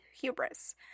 hubris